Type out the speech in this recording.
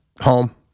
home